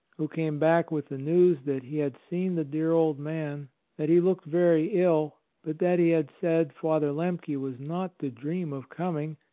who came back with the news that he had seen the dear old man that he looked very ill, but that he had said father lemke was not to dream of coming,